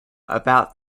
about